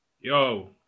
yo